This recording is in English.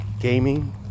gaming